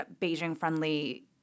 Beijing-friendly